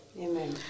Amen